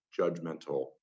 judgmental